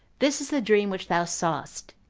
this is the dream which thou sawest,